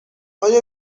آیا